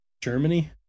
Germany